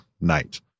night